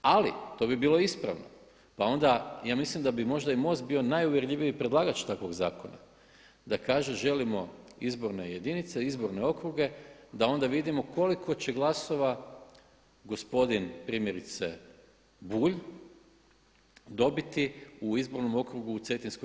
Ali to bi bilo ispravno, pa onda ja mislim da bi možda i MOST bio najuvjerljiviji predlagač takvog zakona, da kaže želimo izborne jedinice, izborne okruge, da onda vidimo koliko će glasova gospodin primjerice Bulj dobiti u izbornom okrugu u Cetinskoj